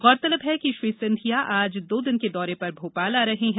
गौरतलब है कि श्री सिंधिया आज दो दिन के दौरे पर भोपाल आ रहे हैं